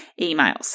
emails